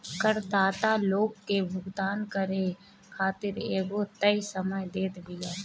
करदाता लोग के भुगतान करे खातिर एगो तय समय देत बिया